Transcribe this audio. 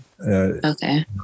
Okay